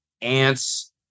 ants